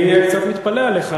אני קצת מתפלא עליך,